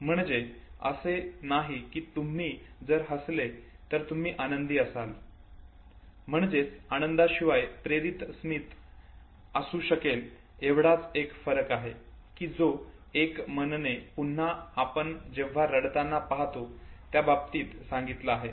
म्हणजे असे नाही की तुम्ही जर हसले तर तुम्ही आनंदी असाल म्हणजेच आनंदाशिवाय प्रेरित स्मित असू शकेल एवढाच एक फरक आहे की जो एकमनने पुन्हा आपण जेव्हा रडताना पाहतो त्या बाबतीत सांगितला आहे